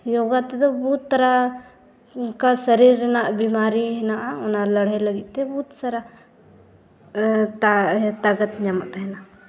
ᱡᱳᱜᱟ ᱛᱮᱫᱚ ᱵᱚᱦᱩᱛ ᱛᱟᱨᱟ ᱚᱱᱠᱟ ᱥᱚᱨᱤᱨ ᱨᱮᱱᱟᱜ ᱵᱮᱢᱟᱨᱤ ᱦᱮᱱᱟᱜᱼᱟ ᱚᱱᱟ ᱞᱟᱹᱲᱦᱟᱹᱭ ᱞᱟᱹᱜᱤᱫᱼᱛᱮ ᱵᱚᱦᱩᱛ ᱥᱟᱨᱟ ᱛᱟᱠᱚᱛ ᱧᱟᱢᱚᱜ ᱛᱟᱦᱮᱱᱟ